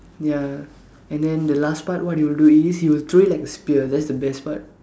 ya and then the last part what he'll do is he'll throw it like a spear that's the best part